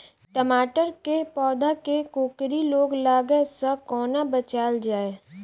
टमाटर केँ पौधा केँ कोकरी रोग लागै सऽ कोना बचाएल जाएँ?